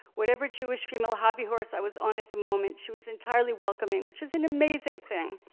whatever jewish female hobby horse i was on at the moment, she was entirely welcoming, which is an amazing thing.